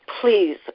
please